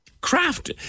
Craft